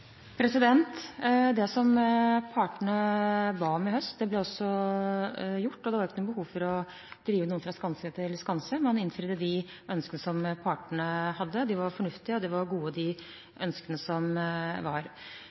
Det som partene ba om i høst, ble også gjort, og det var ikke noe behov for å drive noen fra skanse til skanse, man innfridde de ønskene som partene hadde. De ønskene som var, var fornuftige og gode. Regjeringen er opptatt av å sikre høy sysselsetting og lav ledighet nå, og som